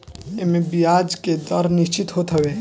एमे बियाज के दर निश्चित होत हवे